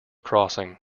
crossing